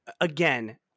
again